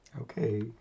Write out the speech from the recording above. Okay